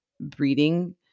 breeding